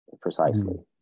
precisely